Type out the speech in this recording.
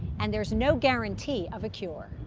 and there is no guarantee of a cure.